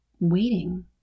waiting